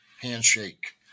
handshake